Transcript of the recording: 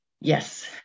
yes